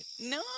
No